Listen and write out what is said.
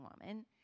woman